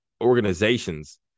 organizations